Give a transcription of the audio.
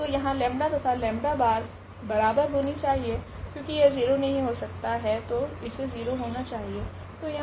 तो यहा 𝜆 तथा 𝜆̅ बराबर होने चाहिए क्योकि यह 0 नहीं हो सकता है तो इसे 0 होना चाहिए